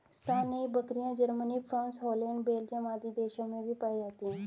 सानेंइ बकरियाँ, Germany, France, Holland, Belgium आदि देशों में भी पायी जाती है